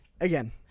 Again